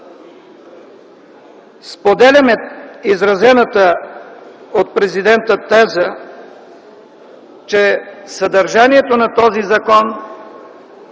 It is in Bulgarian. Споделяме изразената от Президента теза, че съдържанието на този закон